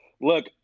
Look